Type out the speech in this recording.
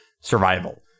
survival